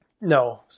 No